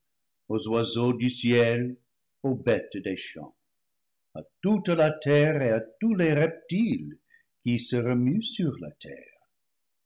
aux ce oiseaux du ciel aux bêtes des champs à toute la terre et à tous les reptiles qui se remuent sur la terre